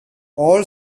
all